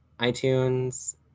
iTunes